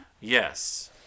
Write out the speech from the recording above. yes